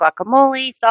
guacamole